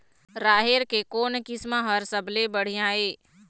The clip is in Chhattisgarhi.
राहेर के कोन किस्म हर सबले बढ़िया ये?